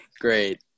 Great